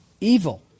evil